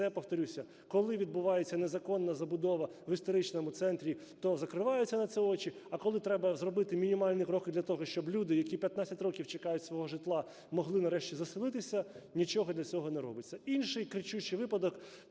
це, повторюся, коли відбувається незаконна забудова в історичному центрі, то закриваються на це очі. А коли треба зробити мінімальні кроки для того, щоб люди, які 15 років чекають свого житла, могли нарешті заселитися, нічого для цього не робиться. Інший кричущий випадок.